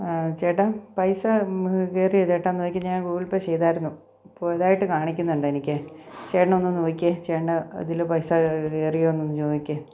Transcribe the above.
ചേട്ടാ പൈസ കേറിയോ ചേട്ടാ നോക്കിക്കെ ഞാന് ഗൂഗ്ൾ പേ ചെയ്തതായിരുന്നു പോയതായിട്ട് കാണിക്കുന്നുണ്ടെനിക്കേ ചേട്ടനൊന്ന് നോക്കിക്കെ ചേട്ടൻ്റെ അതില് പൈസ കയറിയോന്നൊന്ന് നോക്കിക്കെ